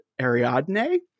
Ariadne